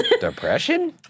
Depression